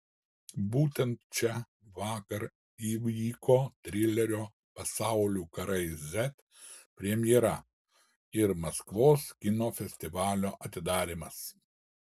būtent čia vakar įvyko trilerio pasaulių karai z premjera ir maskvos kino festivalio atidarymas